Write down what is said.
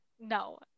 No